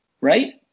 right